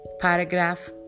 paragraph